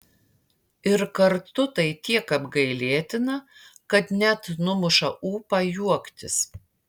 ir kartu tai tiek apgailėtina kad net numuša ūpą juoktis